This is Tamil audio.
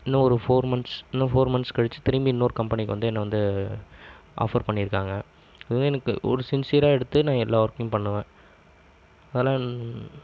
இன்னும் ஒரு ஃபோர் மன்த்ஸ் இன்னும் ஒரு ஃபோர் மன்த்ஸ் கழிச்சு திரும்பி இன்னொரு கம்பெனிக்கு வந்து என்னை வந்து ஆஃபர் பண்ணியிருக்காங்க இதுவே எனக்கு ஒரு சின்சியராக எடுத்து நான் எல்லா ஒர்க்கையும் பண்ணுவேன் அதெலாம்